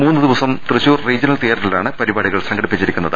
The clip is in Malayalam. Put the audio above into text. മൂന്ന് ദിവസം തൃശൂർ റീജിയണൽ തിയറ്ററിലാണ് പരിപാടികൾ സംഘടിപ്പിച്ചിരിക്കുന്നത്